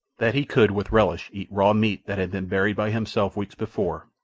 that he could, with relish, eat raw meat that had been buried by himself weeks before,